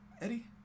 Eddie